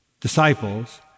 disciples